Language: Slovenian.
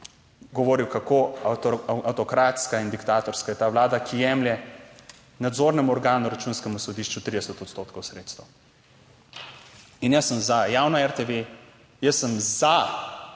govoril, kako avtokratska in diktatorska je ta vlada, ki jemlje nadzornemu organu, računskemu sodišču, 30 odstotkov sredstev. In jaz sem za javno RTV, jaz sem za